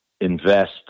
invest